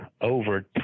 over